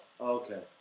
Okay